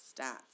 stats